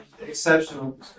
exceptional